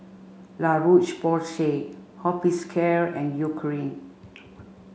La Roche Porsay Hospicare and Eucerin